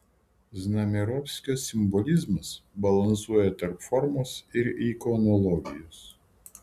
znamierovskio simbolizmas balansuoja tarp formos ir ikonologijos